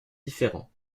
différents